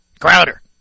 Crowder